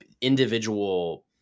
individual